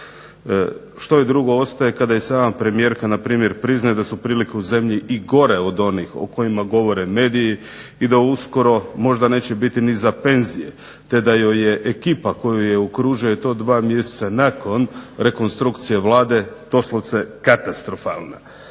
Što joj drugo preostaje kada premijerka priznaje da su prilike u zemlji i gore od onih o kojima govore mediji i da uskoro možda neće biti ni za penzije te da joj je ekipa koja je okružuje, i to dva mjeseca nakon rekonstrukcije Vlade doslovce katastrofalna.